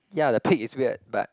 yeah the pig is weird but